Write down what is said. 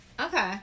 Okay